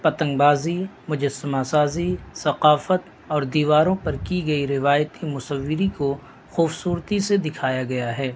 پتنگ بازی مجسمہ سازی ثقافت اور دیواروں پر کی گئی روایتی مصوری کو خوبصورتی سے دکھایا گیا ہے